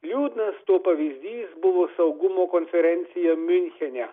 liūdnas to pavyzdys buvo saugumo konferencija miunchene